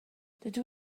dydw